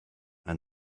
and